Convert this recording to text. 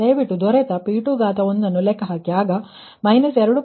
ದೊರೆತ P2 ಅನ್ನು ಲೆಕ್ಕಹಾಕಿದಾಗ 2